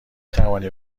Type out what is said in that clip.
توانی